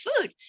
food